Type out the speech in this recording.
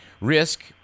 risk